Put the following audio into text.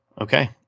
Okay